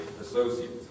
associates